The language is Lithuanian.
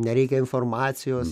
nereikia informacijos